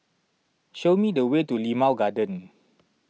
show me the way to Limau Garden